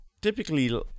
typically